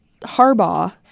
Harbaugh